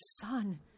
son